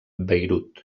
bayreuth